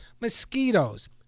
Mosquitoes